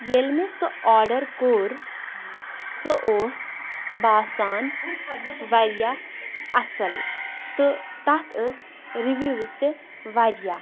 ییلہ مےٚ سہُ آڈر کوٚر سہُ اوس باسان واریاہ اصٕل تہ تتھ ٲسۍ رِوِوِز تہ واریاہ